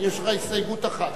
יש לך הסתייגות אחת.